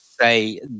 say